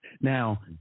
now